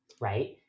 right